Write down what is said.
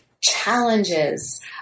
challenges